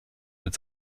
mit